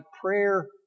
prayer